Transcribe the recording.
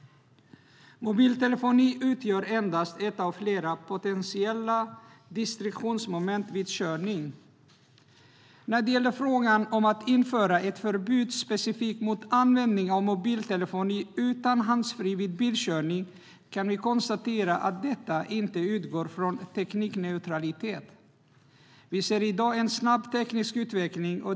Mobiltelefoni utgör endast ett av flera potentiella distraktionsmoment vid körning. När det gäller att införa ett förbud specifikt mot användning av mobiltelefon utan handsfree vid bilkörning kan vi konstatera att detta inte utgår från teknikneutralitet. Vi ser i dag en snabb teknisk utveckling.